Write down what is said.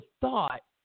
thought